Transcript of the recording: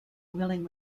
willing